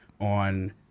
on